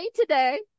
today